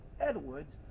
Edwards